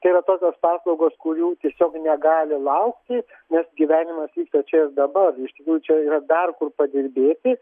čia yra tokios paslaugos kurių tiesiog negali laukti nes gyvenimas vyksta čia ir dabar nu čia yra dar kur padirbėti